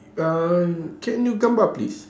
uh can you come out please